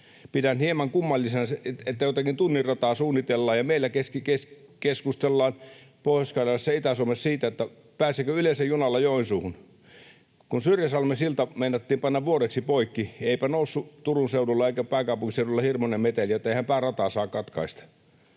Pidän hieman kummallisena sitä, että jotakin tunnin rataa suunnitellaan ja meillä keskustellaan Pohjois-Karjalassa, Itä-Suomessa siitä, pääseekö yleensä junalla Joensuuhun. Kun Syrjäsalmen silta meinattiin panna vuodeksi poikki, eipä noussut Turun seudulla eikä pääkaupunkiseudulla hirmuinen meteli siitä, että eihän päärataa saa katkaista.